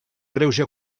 greuge